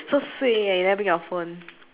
so suay eh you never bring your phone